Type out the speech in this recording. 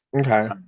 Okay